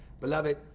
Beloved